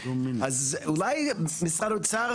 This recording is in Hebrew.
אז אולי משרד האוצר,